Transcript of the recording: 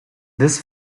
this